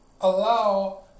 allow